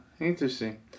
interesting